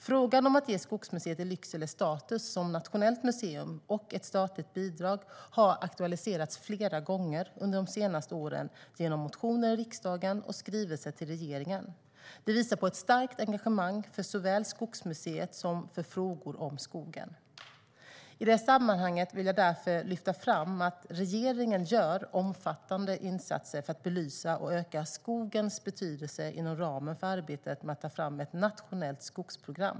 Frågan om att ge Skogsmuseet i Lycksele status som nationellt museum och ett statligt bidrag har aktualiserats flera gånger under de senaste åren genom motioner i riksdagen och skrivelser till regeringen. Det visar på ett starkt engagemang såväl för Skogsmuseet som för frågor om skogen. I det sammanhanget vill jag därför lyfta fram att regeringen gör omfattande insatser för att belysa och öka skogens betydelse inom ramen för arbetet med att ta fram ett nationellt skogsprogram.